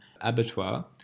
abattoir